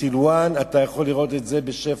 בסילואן אתה יכול לראות את זה בשפע,